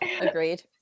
Agreed